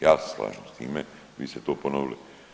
Ja se slažem s time, vi ste to ponovili.